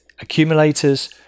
accumulators